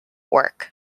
work